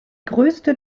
größte